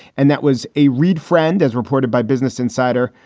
and that was a reid friend, as reported by business insider,